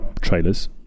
trailers